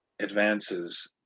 advances